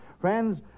Friends